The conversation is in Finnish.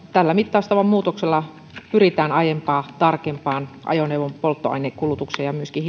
tällä mittaustavan muutoksella pyritään aiempaa tarkempaan ajoneuvon polttoainekulutukseen ja myöskin